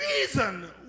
reason